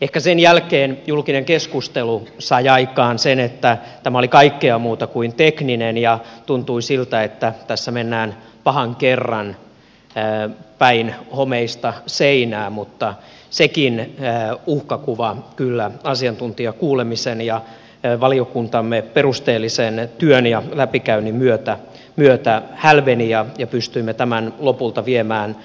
ehkä sen jälkeen julkinen keskustelu sai aikaan sen että tämä oli kaikkea muuta kuin tekninen ja tuntui siltä että tässä mennään pahan kerran päin homeista seinää mutta sekin uhkakuva kyllä asiantuntijakuulemisen ja valiokuntamme perusteellisen työn ja läpikäynnin myötä hälveni ja pystyimme tämän lopulta viemään